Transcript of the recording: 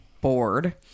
bored